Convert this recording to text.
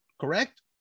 correct